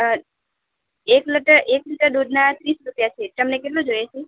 હા એક લિટર એક લિટર દૂધના તીસ રૂપિયા છે તમને કેટલું જોઈએ છે